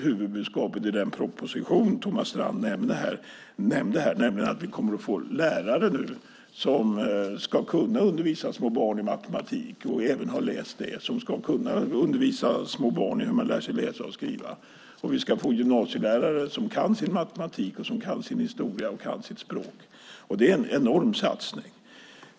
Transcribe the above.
Huvudbudskapet i den proposition Thomas Strand nämnde är att nu kommer vi att få lärare som ska kunna undervisa små barn i hur man lär sig läsa och skriva och i matematik. Vi ska få gymnasielärare som kan sin matematik, sin historia och sitt språk. Det är en enorm satsning.